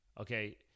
okay